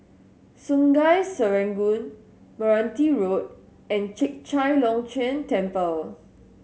Sungei Serangoon Meranti Road and Chek Chai Long Chuen Temple